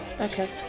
okay